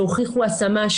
שהוכיחו השמה,